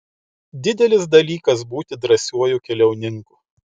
didelis dalykas būti drąsiuoju keliauninku